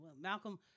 Malcolm